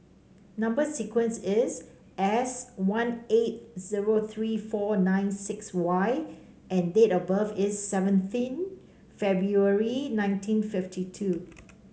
number sequence is S one eight zero three four nine six Y and date of birth is seventeen February nineteen fifty two